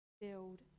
build